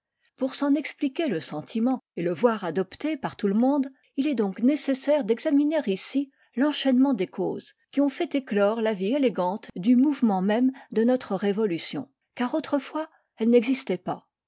pour s'en expliquer le sentiment et le voir adopté par tout le monde il est donc nécessaire d'examiner ici l'enchaînement des causes qui ont fait éclore la vie élégante du mouvement même de notre révolution car autrefois elle n'existait pas